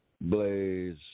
blaze